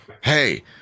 Hey